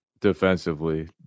defensively